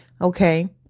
okay